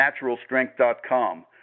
NaturalStrength.com